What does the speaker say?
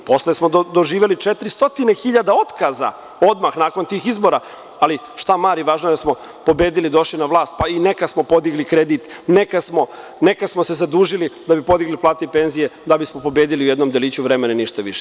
Posle smo doživeli 400.000 otkaza odmah nakon tih izbora, ali šta mari, važno je da smo pobedili i došli na vlast, pa i neka smo podigli kredit, neka smo se zadužili da bismo podigli plate i penzije, da bismo pobedili u jednom deliću vremena i ništa više.